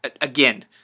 Again